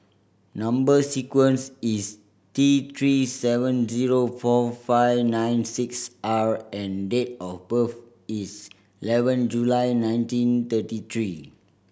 number sequence is T Three seven zero four five nine six R and date of birth is eleven July nineteen thirty three